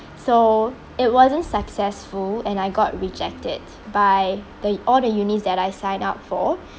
so it wasn't successful and I got rejected by the all the unis that I signed up for